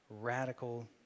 radical